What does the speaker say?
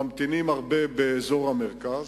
ממתינים הרבה באזור המרכז,